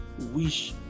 wish